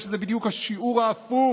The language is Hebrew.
הרי שזה בדיוק השיעור ההפוך,